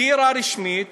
הכירה רשמית,